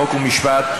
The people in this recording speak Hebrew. חוק ומשפט.